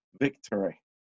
victory